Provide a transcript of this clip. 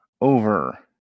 over